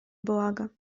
благо